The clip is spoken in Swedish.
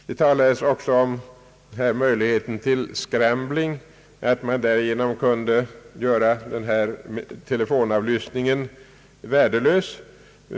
Det talades också om möjligheten till serambling och att man med hjälp av den metoden kunde göra telefonavlyssningen värdelös.